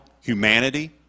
humanity